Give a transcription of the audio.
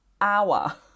Hour